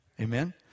amen